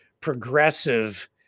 progressive